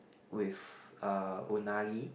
with uh unagi